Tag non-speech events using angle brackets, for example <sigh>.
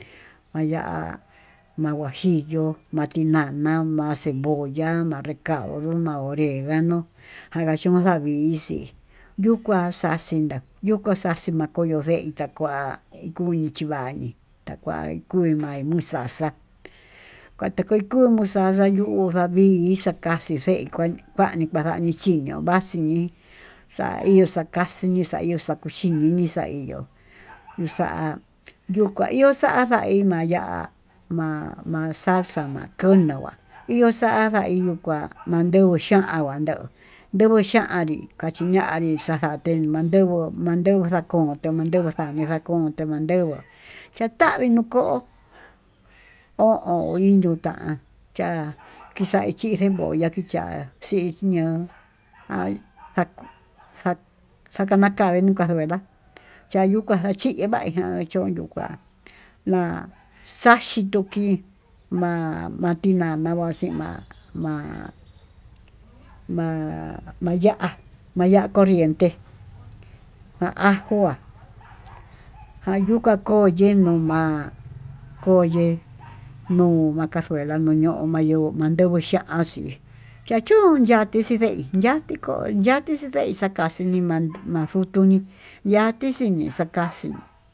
Kua ya'á ma'a huajillo ma'a tinana ma'a cebolla ma'a recaudó ma'a oreganó jakaxhión xavixhí yuu kuá xachinda yuu kuá xaxhí, chi makoyo ndei mako'o kuá kuñii chivañii takuá kuii ma'a muxaxa kuata kekumuu xaxayuu, uu ndavinki xakaxí xei kua kuani kuakaní chiñuu vaxí'í, xa'a ihó xakaxhi xa ihó kuxhinini xa'a ihó nuu xa'a yuu kua ihó xandá hí maya'á ma'a xaxa ma'a kunii na'a iho xa'a hiyuu kuá ndeuu nguacha'a kuandeu, ndenguxhanrí achiñanii xaxa aten mandeguu xakonde mandenguó tavee xakonde mandenguó chatavii noko'ó ho ho hiyun ta'á, chá kixachí cebolla akicha'a xii ño'o hay <hesitation> jakanakade nuká ndeguá chayuka kachii hi nguaí ña'a chonyo kuá kuan xaxhí ndukii, ma'a ma'a tinana oxima'a ma-ma-maya'á maya'á corrienté kán ajo'a jayuká ko'o yenuá nuu ma'a koye'e nuu ma'a casuela no yo'o maye'é yo mayenguo xhaxii chachun yaté xhindeí yatikó yati ye'e xakaxhi nima'a mandutuní.